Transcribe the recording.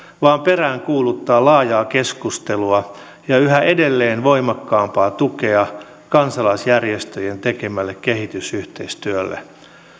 vaan peräänkuuluttaa laajaa keskustelua ja yhä edelleen voimakkaampaa tukea kansalaisjärjestöjen tekemälle kehitysyhteistyölle